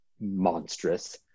monstrous